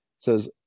says